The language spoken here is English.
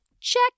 Check